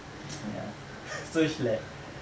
so it's like